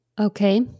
Okay